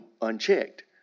unchecked